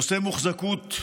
נושא המוחזקות,